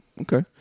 Okay